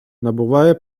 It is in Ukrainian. набуває